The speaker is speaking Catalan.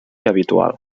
habitual